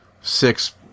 six